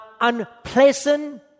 unpleasant